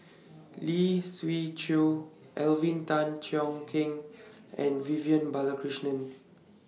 Lee Siew Choh Alvin Tan Cheong Kheng and Vivian Balakrishnan